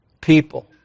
people